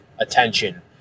attention